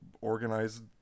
organized